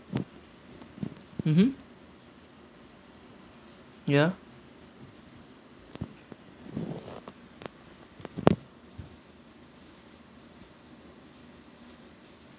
mmhmm ya